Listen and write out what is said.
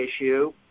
issue